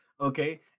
Okay